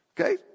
okay